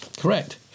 Correct